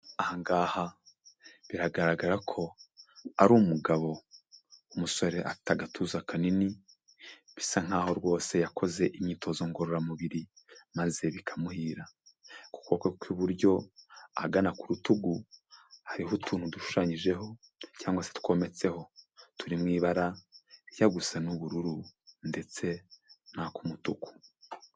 Aha ngaha biragaragara ko ari umugabo, umusore afite agatuza kanini, bisa nkaho rwose yakoze imyitozo ngororamubiri maze bikamuhira, ku kuboko kw'iburyo ahagana ku rutugu hariho utuntu dushushanyijeho cyangwa se twometseho, turi mu ibara rijya gusa n'ubururu ndetse n'ak'umutuku.